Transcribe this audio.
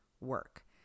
work